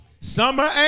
summer